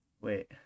wait